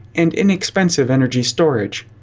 and inexpensive energy storage.